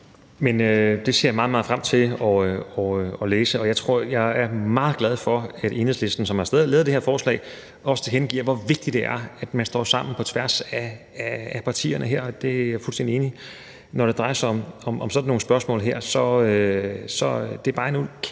Men det ser jeg meget, meget frem til at læse. Og jeg er meget glad for, at Enhedslisten, som har lavet det her forslag, også tilkendegiver, hvor vigtigt det er, at man står sammen på tværs af partierne her, og det er jeg fuldstændig enig i. Når det drejer sig om sådan nogle spørgsmål her, er det bare en